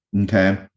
Okay